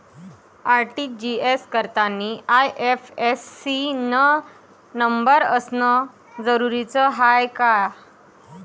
RTGS करतांनी IFSC न number असनं जरुरीच हाय का?